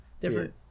different